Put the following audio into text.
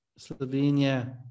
Slovenia